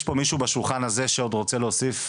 יש פה מישהו בשולחן הזה שעוד רוצה להוסיף?